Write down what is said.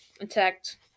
attacked